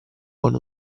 con